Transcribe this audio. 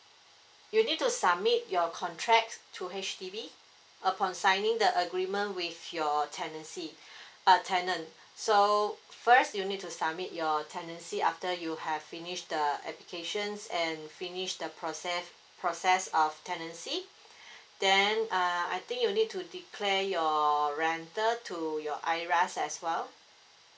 you need to submit your contract to H_D_B upon signing the agreement with your a tenancy uh tenant so first you need to submit your a tenancy after you have finished the applications and finish the process process of tenancy then uh I think you need to declare you rental to your IRAS as well